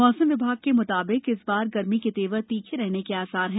मौसम विभाग के मुताबिक इस बार गर्मी के तेवर तीखे रहने के आसार है